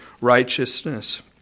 righteousness